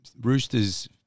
rooster's